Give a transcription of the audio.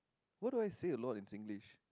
what do I say a lot in Singlish